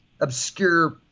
obscure